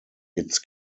its